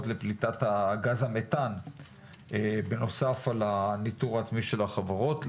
לפליטת גז המתאן בנוסף לניטור העצמי של החברות.